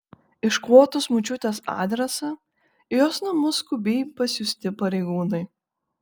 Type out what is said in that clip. iškvotus močiutės adresą į jos namus skubiai pasiųsti pareigūnai